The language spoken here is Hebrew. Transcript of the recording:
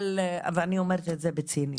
ואני אומרת את זה בציניות,